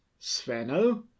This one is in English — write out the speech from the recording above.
Sveno